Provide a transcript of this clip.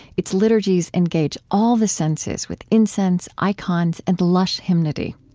its liturgies engage all the senses with incense, icons, and lush hymnody.